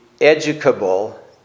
educable